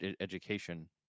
education